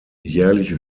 jährlich